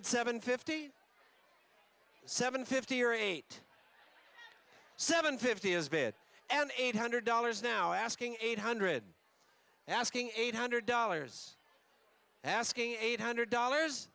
d seven fifty seven fifty or eight seven fifty has been an eight hundred dollars now asking eight hundred asking eight hundred dollars asking eight hundred dollars